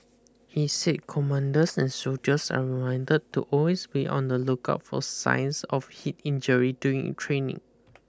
he said commanders and soldiers are reminded to always be on the lookout for signs of heat injury during training